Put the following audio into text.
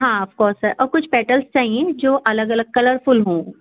ہاں of course sir اور کچھ پیٹلز چاہیے جو الگ الگ کلرفُل ہوں